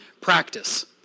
practice